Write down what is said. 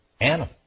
animal